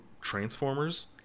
Transformers